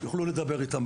תוכלו לדבר איתם".